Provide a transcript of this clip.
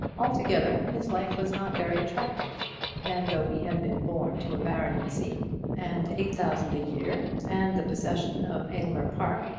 altogether his life was not very attractive and though he had been born to a baronetcy, and eight thousand a-year, and the possession of aylmer park,